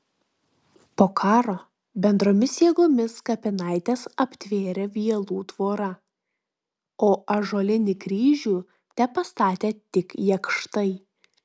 po karo bendromis jėgomis kapinaites aptvėrė vielų tvora o ąžuolinį kryžių tepastatė tik jakštai